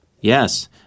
Yes